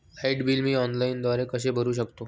Light bill मी ऑनलाईनद्वारे कसे भरु शकतो?